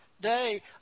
day